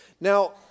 Now